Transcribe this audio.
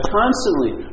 constantly